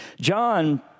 John